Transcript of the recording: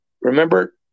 remember